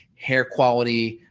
hair quality.